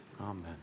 amen